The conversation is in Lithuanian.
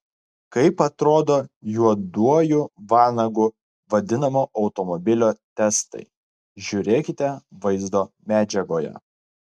kaip atrodo juoduoju vanagu vadinamo automobilio testai žiūrėkite vaizdo medžiagoje